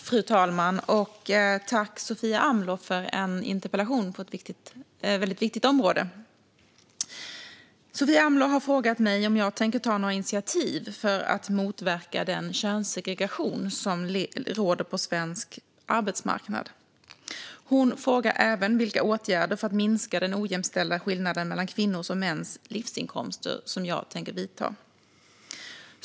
Fru talman! Jag tackar Sofia Amloh för en interpellation på ett väldigt viktigt område. Sofia Amloh har frågat mig om jag tänker ta några initiativ för att motverka den könssegregation som råder på svensk arbetsmarknad. Hon frågar även vilka åtgärder för att minska den ojämställda skillnaden mellan kvinnors och mäns livsinkomster som jag tänker vidta.